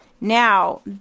now